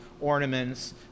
ornaments